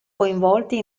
coinvolti